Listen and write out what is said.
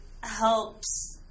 helps